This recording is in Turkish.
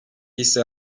ise